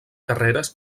carreres